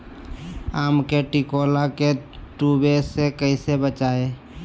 आम के टिकोला के तुवे से कैसे बचाई?